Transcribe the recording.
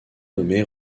nommé